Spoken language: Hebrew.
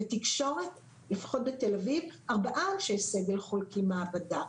בתקשורת, ארבעה אנשי סגל חולקים מעבדה.